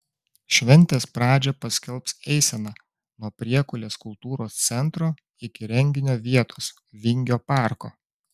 šventės pradžią paskelbs eisena nuo priekulės kultūros centro iki renginio vietos vingio parko